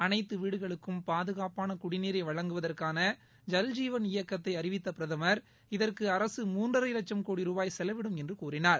அனைத்து வீடுகளுக்கும் பாதுகாப்பான குடிநீரை வழங்குவதற்கான ஜல் ஜீவன் இயக்கத்தை அறிவித்த பிரதமர் இதற்கு அரசு மூன்றரை லட்சம் கோடி ரூபாய் செலவிடும் என்று கூறினார்